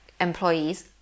employees